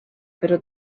però